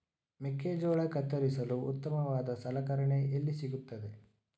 ಮೆಕ್ಕೆಜೋಳ ಕತ್ತರಿಸಲು ಉತ್ತಮವಾದ ಸಲಕರಣೆ ಎಲ್ಲಿ ಸಿಗುತ್ತದೆ?